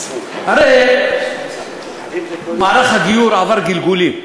הרי מערך הגיור עבר גלגולים.